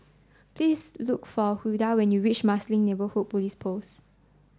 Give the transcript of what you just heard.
please look for Hulda when you reach Marsiling Neighbourhood Police Post